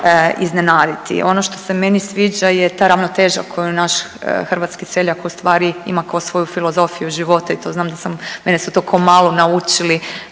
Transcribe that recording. iznenaditi. Ono što se meni sviđa je ta ravnoteža koju naš hrvatski seljak ustvari ima kao svoju filozofiju života i to znam da sam, mene su to kao malu naučili